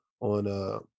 on